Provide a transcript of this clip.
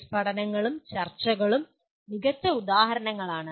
case പഠനങ്ങളും ചർച്ചകളും മികച്ച ഉദാഹരണങ്ങളാണ്